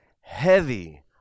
heavy